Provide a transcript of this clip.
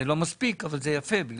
זה לא מספיק אבל זה יפה כי